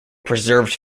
preserved